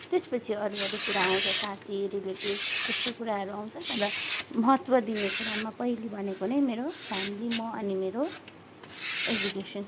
त्यसपछि अरूअरू कुरा आउँछ साथी रिलेटिभ त्यस्तो कुराहरू आउँछ तर महत्त्व दिने कुरामा पहिला भनेको नै मेरो फेमिली म अनि मेरो एजुकेसन